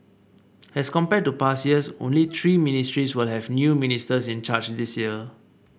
as compared to past years only three ministries will have new ministers in charge this year